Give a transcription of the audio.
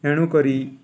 ଏଣୁକରି